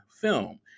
film